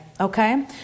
Okay